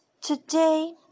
today